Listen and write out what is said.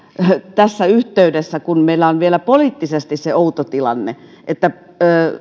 tässä yhteydessä kun meillä on vielä poliittisesti se outo tilanne että